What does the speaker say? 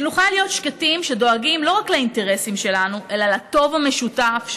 ושנוכל להיות שקטים שדואגים לא רק לאינטרסים שלנו אלא לטוב המשותף,